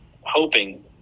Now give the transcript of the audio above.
hoping